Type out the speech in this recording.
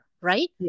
right